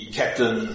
captain